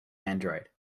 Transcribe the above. android